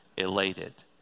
elated